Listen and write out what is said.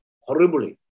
horribly